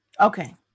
Okay